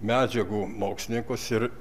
medžiagų mokslininkus ir